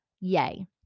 Yay